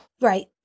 right